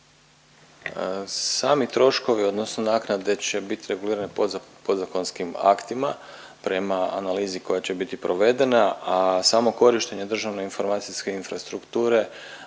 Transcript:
Sami troškovi naknade će biti regulirani podzakonskim aktima prema analizi koja će biti provedena, a samo korištenje državne informacijske infrastrukture,